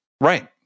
Right